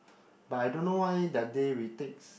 but I don't know why that day we takes